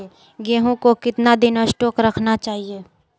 गेंहू को कितना दिन स्टोक रखना चाइए?